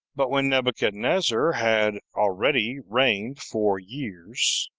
but when nebuchadnezzar had already reigned four years,